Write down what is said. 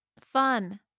Fun